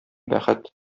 бәхет